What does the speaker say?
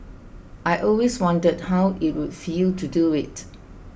I always wondered how it would feel to do it